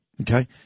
okay